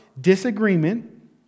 disagreement